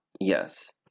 Yes